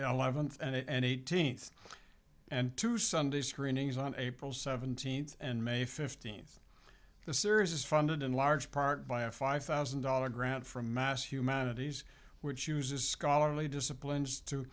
leventh and eighteenth and to sunday screenings on april seventeenth and may fifteenth the series is funded in large part by a five thousand dollar grant from mass humanities which uses scholarly disciplines to